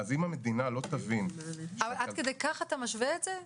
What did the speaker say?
אם המדינה לא תבין --- עד כדי כך אתה משווה את זה?